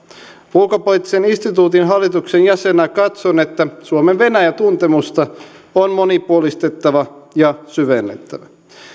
ulkopoliittisen instituutin hallituksen jäsenenä katson että suomen venäjä tuntemusta on monipuolistettava ja syvennettävä